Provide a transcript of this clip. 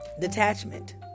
detachment